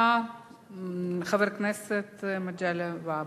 חבר הכנסת מגלי והבה,